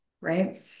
right